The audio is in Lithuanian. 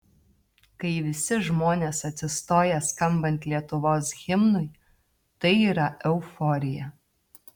kai visi žmonės atsistoja skambant lietuvos himnui tai yra euforija